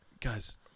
Guys